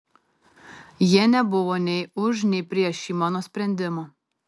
jie nebuvo nei už nei prieš šį mano sprendimą